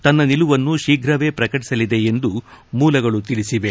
ತನ್ನ ನಿಲುವನ್ನು ಶೀಘವೇ ಪ್ರಕಟಿಸಲಿದೆ ಎಂದು ಮೂಲಗಳು ತಿಳಿಸಿವೆ